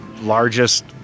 largest